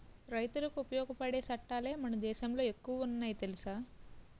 రైతులకి ఉపయోగపడే సట్టాలే మన దేశంలో ఎక్కువ ఉన్నాయి తెలుసా